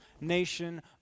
nation